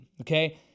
okay